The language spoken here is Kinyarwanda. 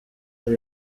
ari